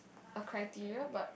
a criteria but